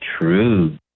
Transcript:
true